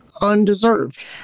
undeserved